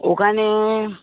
ওখানে